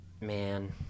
Man